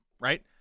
right